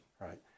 right